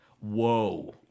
Whoa